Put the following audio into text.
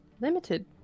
limited